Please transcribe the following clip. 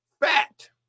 fat